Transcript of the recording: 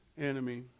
enemy